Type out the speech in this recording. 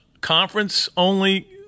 conference-only